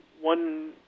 one